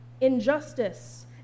injustice